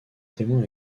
témoin